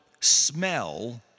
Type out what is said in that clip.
smell